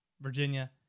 Virginia